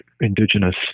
indigenous